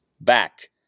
back